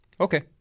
Okay